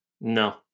No